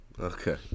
Okay